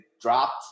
dropped –